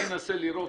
אני אנסה לראות,